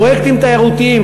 פרויקטים תיירותיים,